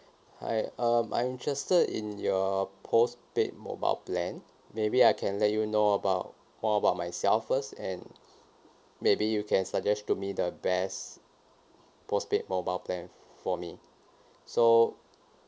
hi um I'm interested in your postpaid mobile plan maybe I can let you know about more about myself first and maybe you can suggest to me the best postpaid mobile plan for me so